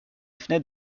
fenêtres